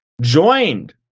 joined